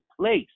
place